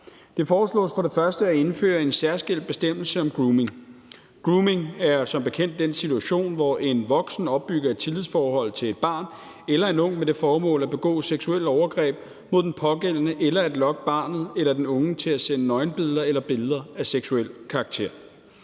Det foreslås for det første at indføre en særskilt bestemmelse om grooming. Grooming er som bekendt den situation, hvor en voksen opbygger et tillidsforhold til et barn eller en ung med det formål at begå seksuelle overgreb mod den pågældende eller at lokke barnet eller den unge til at sende nøgenbilleder eller billeder af seksuel karakter.